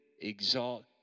exalt